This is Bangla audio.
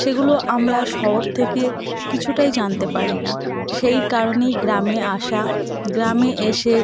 সেগুলো আমরা শহর থেকে কিছুটাই জানতে পারি না সেই কারণেই গ্রামে আসা গ্রামে এসে